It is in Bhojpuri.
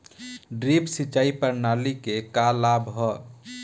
ड्रिप सिंचाई प्रणाली के का लाभ ह?